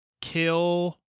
kill